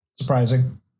Surprising